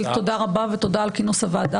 תודה על כינוס הוועדה,